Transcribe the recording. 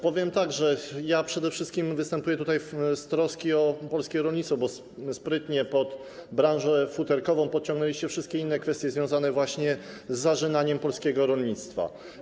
Powiem tak: Ja przede wszystkim występuję tutaj w trosce o polskie rolnictwo, bo sprytnie pod branżę futerkową podciągnęliście wszystkie inne kwestie związane właśnie z zarzynaniem polskiego rolnictwa.